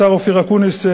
השר אופיר אקוניס,